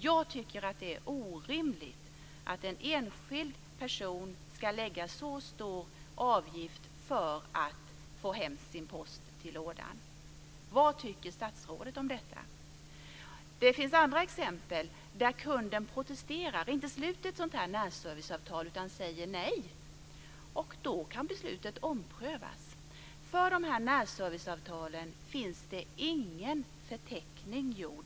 Jag tycker att det är orimligt att en enskild person ska erlägga en så hög avgift för att få sin post hem till lådan. Vad tycker statsrådet om detta? Det finns också exempel på att kunden protesterar och inte sluter ett sådant här närserviceavtal utan säger nej. Då kan beslutet omprövas. För de här närserviceavtalen är ingen förteckning gjord.